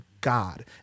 god